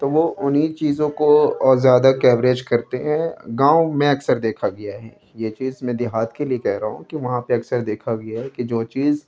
تو وہ انہیں چیزوں کو زیادہ کوریج کرتے ہیں گاؤں میں اکثر دیکھا گیا ہے یہ چیز میں دیہات کے لیے کہہ رہا ہوں کہ وہاں پہ اکثر دیکھا گیا ہے کہ جو چیز